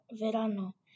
verano